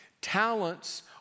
talents